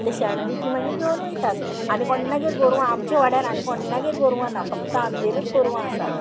तें शेण बी ती मागीर घेवन वयतात आनी कोणागेर गोरवां आमच्या वाड्यार आनी कोण्णगेर गोरवां ना फक्त आमगेरूत गोरवां आसा